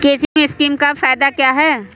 KCC scheme का फायदा क्या है?